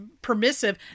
permissive